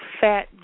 fat